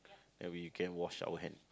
maybe you can wash your hand